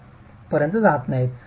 4 पर्यंत जात नाहीत